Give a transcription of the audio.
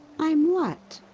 i'm what?